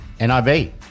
NIB